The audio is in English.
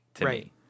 Right